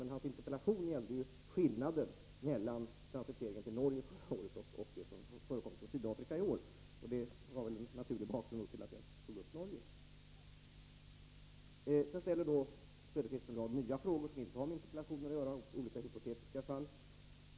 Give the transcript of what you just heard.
Men hans interpellation i dag avsåg skillnaden mellan transiteringen till Norge förra året och vad som förekommit från Sydafrika i år. Det var väl en naturlig bakgrund till att jag talade om Norge. Sedan ställer Oswald Söderqvist en rad nya frågor, som inte har med interpellationen att göra, om olika hypotetiska fall.